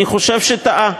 אני חושב שטעה.